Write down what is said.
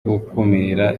gukumira